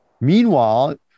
Meanwhile